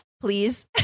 please